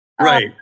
Right